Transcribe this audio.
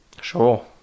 Sure